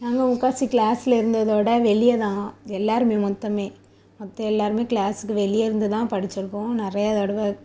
நாங்கள் முக்கால்வாசி க்ளாஸில் இருந்ததை விட வெளியே தான் எல்லோருமே மொத்தமே மற்ற எல்லோருமே க்ளாஸுக்கு வெளியே இருந்து தான் படித்திருக்கோம் நிறைய தடவை